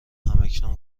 همکنون